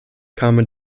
kamen